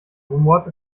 rumort